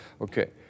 Okay